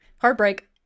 Heartbreak